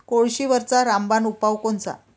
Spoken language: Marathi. कोळशीवरचा रामबान उपाव कोनचा?